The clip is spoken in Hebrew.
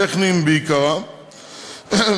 טכניים בעיקרם,